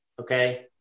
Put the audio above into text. Okay